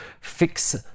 fix